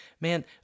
Man